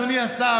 אדוני השר,